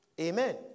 Amen